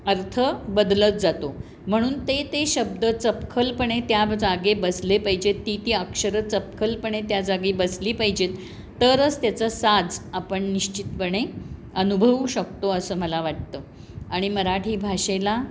अर्थ बदलत जातो म्हणून ते ते शब्द चपखलपणे त्या जागी बसले पाहिजेत ती ती अक्षरं चपखलपणे त्या जागी बसली पाहिजेत तरच त्याचा साज आपण निश्चितपणे अनुभवू शकतो असं मला वाटतं आणि मराठी भाषेला